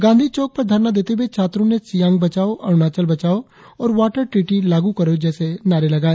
गांधी चौक पर धरना देते हुए छात्रों ने सियांग बचाओं अरुणाचल बचाओं और वाटर ट्रीटी लागू करों जैसे नारे लगाए